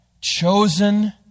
chosen